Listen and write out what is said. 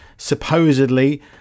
supposedly